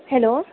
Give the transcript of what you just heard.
hello